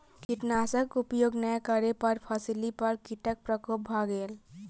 कीटनाशक उपयोग नै करै पर फसिली पर कीटक प्रकोप भ गेल